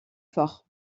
fort